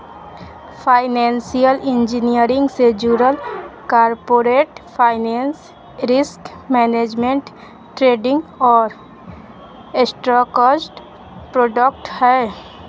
financial engineering से जुडल corporate finance, risk management, trading और स्ट्रक्चर्ड प्रॉडक्ट्स हय